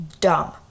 dumb